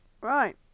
Right